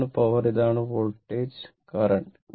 ഇതാണ് പവർ ഇതാണ് voltage current